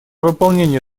выполнения